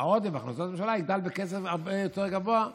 בהכנסות הממשלה יגדל בקצב הרבה יותר גבוה.